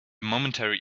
momentary